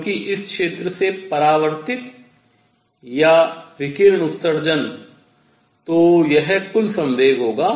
क्योंकि इस क्षेत्र से परावर्तित या विकिरण उत्सर्जन तो यह कुल संवेग होगा